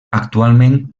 actualment